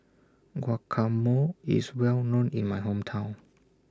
Guacamole IS Well known in My Hometown